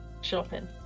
shopping